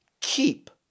keep